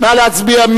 נא להצביע.